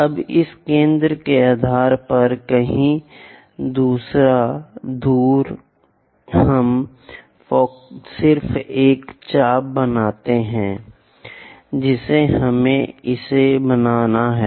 अब इस केंद्र के आधार पर कहीं दूर हम सिर्फ एक चाप बनाते हैं जिसे हमें इसे बनाना है